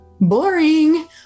Boring